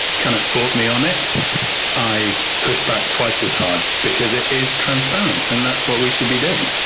kind of, fought me on it i pushed back twice as hard because it is transparent and that's what we should be doing.